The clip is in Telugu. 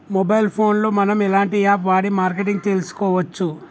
మొబైల్ ఫోన్ లో మనం ఎలాంటి యాప్ వాడి మార్కెటింగ్ తెలుసుకోవచ్చు?